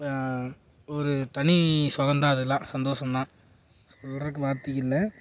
ஒரு தனி சுகம் தான் அதெலாம் சந்தோஷந்தான் சொல்கிறக்கு வார்த்தை இல்லை